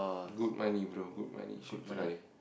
good money bro good money should try